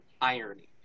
irony